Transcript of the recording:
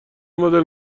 مدل